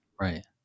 Right